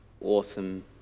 awesome